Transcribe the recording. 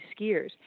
skiers